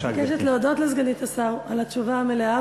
אני מבקשת להודות לסגנית השר על התשובה המלאה,